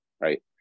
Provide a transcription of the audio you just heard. right